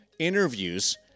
interviews